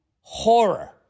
horror